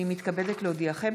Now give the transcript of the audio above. הינני מתכבדת להודיעכם,